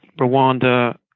Rwanda